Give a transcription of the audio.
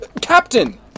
Captain